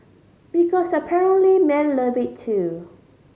because apparently men love it too